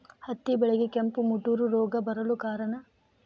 ಹತ್ತಿ ಬೆಳೆಗೆ ಕೆಂಪು ಮುಟೂರು ರೋಗ ಬರಲು ಕಾರಣ?